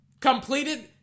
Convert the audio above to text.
completed